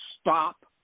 stop